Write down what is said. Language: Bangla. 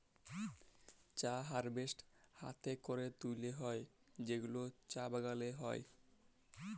চা হারভেস্ট হ্যাতে ক্যরে তুলে হ্যয় যেগুলা চা বাগালে হ্য়য়